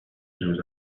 زود